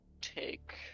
take